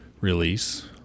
release